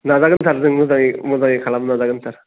नाजागोन सार जों मोजाङै मोजाङै खालामनो नाजागोन सार